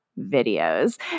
videos